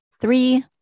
three